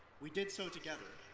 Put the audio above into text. we did so together,